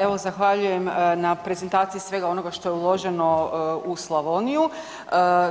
Evo zahvaljujem na prezentaciji svega onoga što je uloženo u Slavoniju,